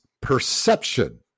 perception